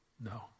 No